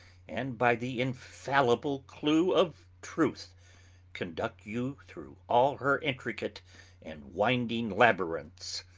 and by the infallible clue of truth conduct you through all her intricate and winding labyrinths.